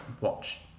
watch